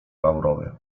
laurowy